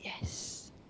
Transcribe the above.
yes